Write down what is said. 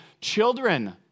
Children